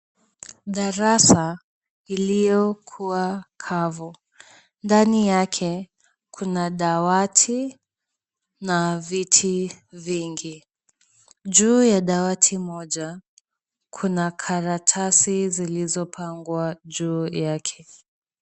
Darasa iliyokuwa kavu. Ndani yake kuna dawati na viti vingi. Juu ya dawati moja kuna karatasi zilizopangwa juu yake.